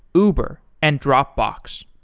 uber, and dropbox.